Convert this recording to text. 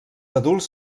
adults